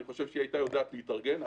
אני חושב שהיא הייתה יודעת להתארגן.